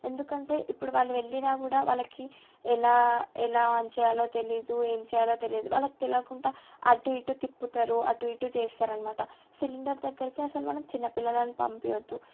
ఎందుకంటే ఇప్పుడు వాళ్ళు వెళ్ళినా కూడా వాళ్ళకి ఎలా ఎలా ఆన్ చేయాలో తెలీదు ఏం చేయాలో తెలియదు వాళ్ళకి తెలవకుంటా అటు ఇటు తిప్పుతారు అటు ఇటు చేస్తారన్నమాట సిలిండర్ దగ్గరకు అసలు మనం చిన్న పిల్లలని పంపియద్దు